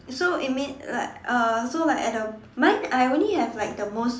so you mean like uh so like at the mine I only have like the most